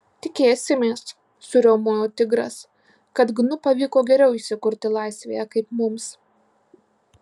tikėsimės suriaumojo tigras kad gnu pavyko geriau įsikurti laisvėje kaip mums